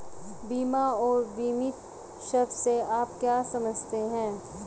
बीमा और बीमित शब्द से आप क्या समझते हैं?